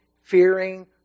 fearing